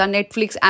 Netflix